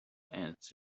ants